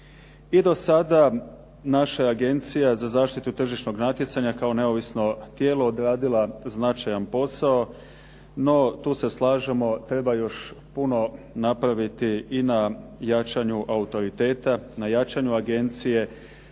I do sada naša je Agencija za zaštitu tržišnog natjecanja kao neovisno tijelo odradila značajan posao. No tu se slažemo, treba još puno napraviti i na jačanju autoriteta, na jačanju agencije,